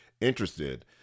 interested